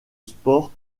sport